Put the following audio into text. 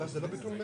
קבלת ההסתייגות?